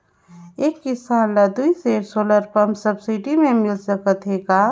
एक किसान ल दुई सेट सोलर पम्प सब्सिडी मे मिल सकत हे का?